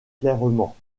clairement